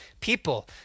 people